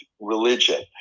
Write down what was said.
religion